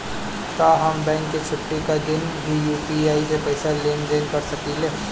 का हम बैंक के छुट्टी का दिन भी यू.पी.आई से पैसे का लेनदेन कर सकीले?